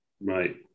Right